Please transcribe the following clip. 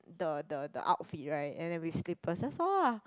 the the the outfit right and then with slippers that's all lah